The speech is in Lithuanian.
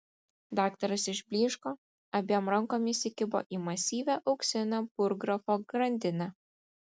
daktaras išblyško abiem rankom įsikibo į masyvią auksinę burggrafo grandinę